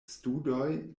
studoj